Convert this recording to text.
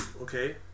okay